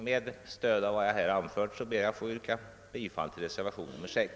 Med stöd av vad jag anfört ber jag att få yrka bifall till reservationen 6.